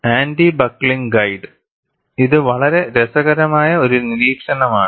anti buckling guide ഇത് വളരെ രസകരമായ ഒരു നിരീക്ഷണമാണ്